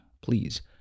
please